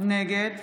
נגד